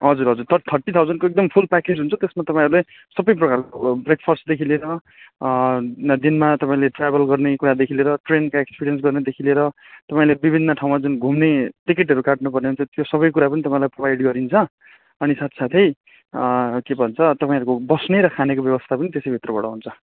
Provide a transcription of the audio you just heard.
हजुर हजुर तर थर्टी थाउजन्डको एकदम फुल प्याकेज हुन्छ त्यसमा तपाईँहरूले सब प्रकारको ब्रेकफास्टदेखि लिएर दिनमा तपाईँले ट्राभल गर्ने कुरादेखि लिएर ट्रेनको एक्सपिरियन्स गर्नुदेखि लिएर तपाईँले विभिन्न ठाउँमा जुन घुम्ने टिकटहरू काट्नु पर्ने हुन्छ त्यो सब कुरा पनि तपाईँलाई प्रभोइड गरिन्छ अनि साथ साथै के भन्छ तपाईँहरूको बस्ने र खानेको व्यवस्था पनि त्यसै भित्रबाट हुन्छ